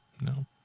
No